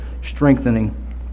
strengthening